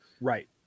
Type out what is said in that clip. Right